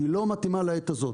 היא לא מתאימה לעת הזאת.